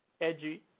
edgy